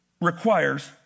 requires